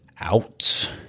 out